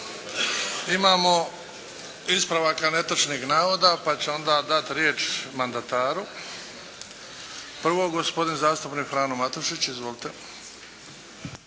Imamo ispravaka netočnih navoda pa ću onda dati riječ mandataru. Prvo gospodin zastupnik Frano Matušić. Izvolite!